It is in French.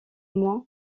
moi